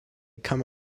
come